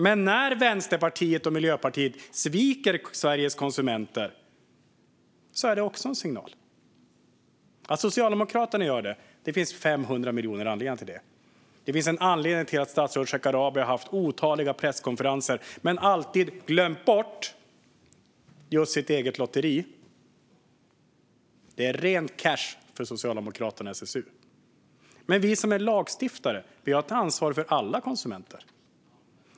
Men när Vänsterpartiet och Miljöpartiet sviker Sveriges konsumenter är det också en signal. Det finns 500 miljoner anledningar till att Socialdemokraterna gör det. Det finns en anledning till att statsrådet Shekarabi har haft otaliga presskonferenser men alltid "glömt bort" just sitt eget lotteri. Det är ren cash för Socialdemokraterna och SSU. Men vi som är lagstiftare har ett ansvar för alla konsumenter.